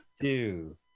two